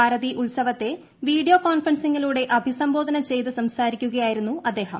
ഭാരതി ഉത്സവത്തെ വീഡിയോ കോൺഫറൻസിങ്ങിലൂടെ അഭിസംബോധന ചെയ്തു സംസാരിക്കുകയായിരുന്നു അദ്ദേഹം